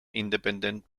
independent